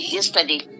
Yesterday